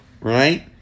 right